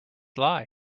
lie